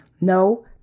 no